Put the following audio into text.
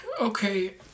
okay